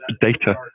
data